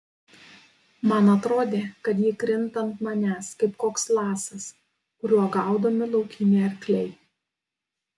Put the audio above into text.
man atrodė kad ji krinta ant manęs kaip koks lasas kuriuo gaudomi laukiniai arkliai